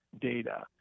data